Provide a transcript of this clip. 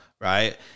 right